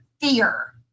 fear